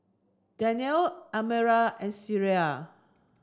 Danial Amirah and Syirah